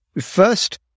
first